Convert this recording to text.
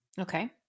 Okay